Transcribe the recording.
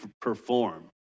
perform